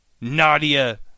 Nadia